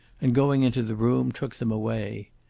and going into the room took them away.